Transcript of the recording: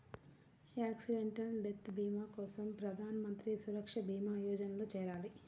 accidental death భీమా కోసం ప్రధాన్ మంత్రి సురక్షా భీమా యోజనలో చేరాలి